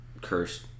cursed